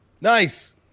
Nice